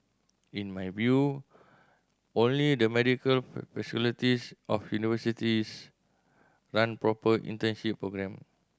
in my view only the medical of universities run proper internship programme